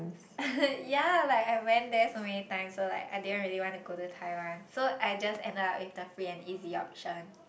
ya like I went there so many times or like I didn't really want to go to Taiwan so I just ended up with the free and easy option